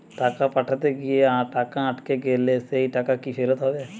টাকা পাঠাতে গিয়ে টাকা আটকে গেলে সেই টাকা কি ফেরত হবে?